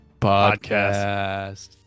Podcast